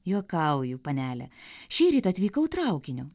juokauju panele šįryt atvykau traukiniu